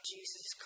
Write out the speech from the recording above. Jesus